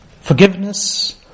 forgiveness